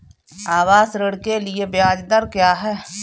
आवास ऋण के लिए ब्याज दर क्या हैं?